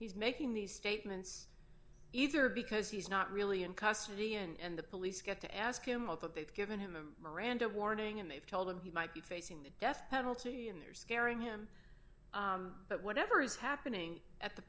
he's making these statements either because he's not really in custody and the police get to ask him up a bit given him a miranda warning and they've told him he might be facing the death penalty and they're scaring him but whatever is happening at the